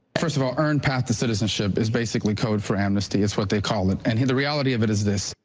first of all, earned path to citizenship is basically code for amnesty. it's what they call it. and, the reality of it is this,